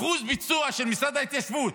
אחוז הביצוע של משרד ההתיישבות